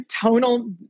tonal